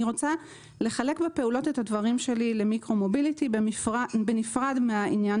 אני רוצה לחלק בפעולות את הדברים שלי למיקרו מוביליטי נפרד מהעניין